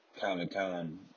Comic-Con